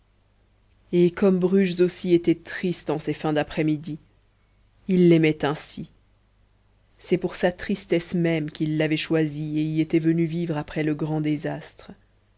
et comme bruges aussi était triste en ces fins d'après-midi il l'aimait ainsi c'est pour sa tristesse même qu'il l'avait choisie et y était venu vivre après le grand désastre